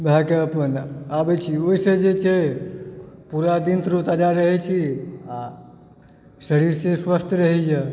भए कऽअपन आबए छी ओहिसँ जे छै पूरा दिन तरो ताजा रहए छी आ शरीर से स्वस्थ रहैए